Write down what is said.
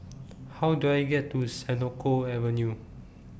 How Do I get to Senoko Avenue